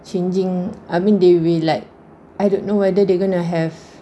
changing I mean they really like I don't know whether they're gonna have